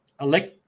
elect